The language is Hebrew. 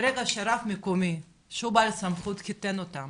בעיניי, ברגע שרב מקומי שהוא בעל סמכות, חיתן אותם